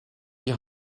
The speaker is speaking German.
die